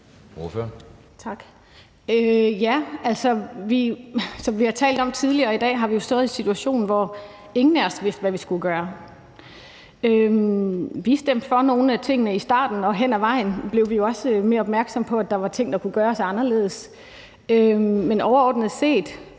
Som vi har talt om tidligere i dag, har vi jo stået i en situation, hvor ingen af os vidste, hvad vi skulle gøre. Vi stemte for nogle af tingene i starten, og hen ad vejen blev vi jo også mere opmærksomme på, at der var ting, der kunne gøres anderledes. Men overordnet set